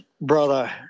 brother